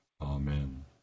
Amen